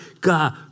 God